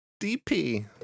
dp